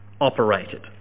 operated